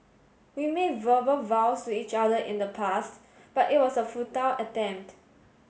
we made verbal vows to each other in the past but it was a futile attempt